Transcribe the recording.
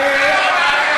אדוני היושב-ראש,